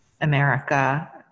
America